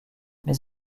mais